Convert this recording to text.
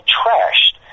trashed